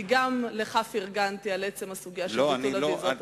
כי גם לך פרגנתי בסוגיה של ביטול הוויזות,